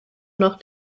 noch